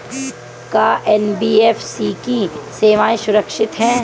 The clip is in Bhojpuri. का एन.बी.एफ.सी की सेवायें सुरक्षित है?